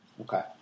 Okay